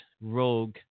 rogue